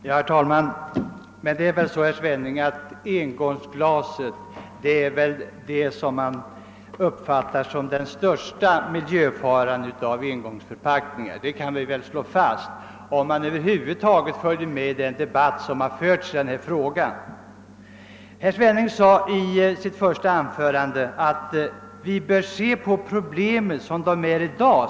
Herr talman! Vi kan väl slå fast, herr Svenning, att engångsglaset är den engångsförpackning som är den största miljöfaran. Det vet man om man över huvud taget följt den debatt som förts i denna fråga. Herr Svenning sade i sitt anförande att vi bör se på problemen sådana de är i dag.